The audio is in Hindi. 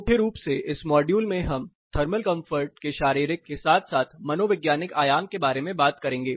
मुख्य रूप से इस मॉड्यूल में हम थर्मल कंफर्ट के शारीरिक के साथ साथ मनोवैज्ञानिक आयाम के बारे में बात करेंगे